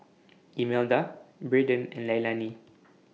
Imelda Braden and Leilani